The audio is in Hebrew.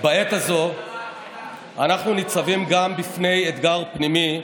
בעת הזאת אנחנו ניצבים גם בפני אתגר פנימי,